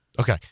Okay